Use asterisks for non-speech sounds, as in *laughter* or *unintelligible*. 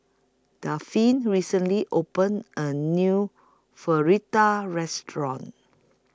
Dafne recently opened A New *unintelligible* Restaurant